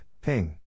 ping